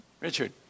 Richard